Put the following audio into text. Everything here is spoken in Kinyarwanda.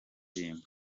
ndirimbo